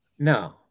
No